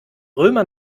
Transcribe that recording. römer